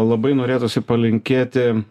labai norėtųsi palinkėti